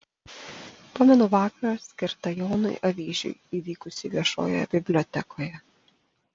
pamenu vakarą skirtą jonui avyžiui įvykusį viešojoje bibliotekoje